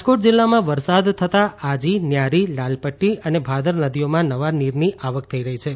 રાજકોટ જિલ્લામાં વરસાદ થતાં આજી ન્યારી લાલપટી અને ભાદર નદીઓમાં નવા નીરની આવક થઇ છે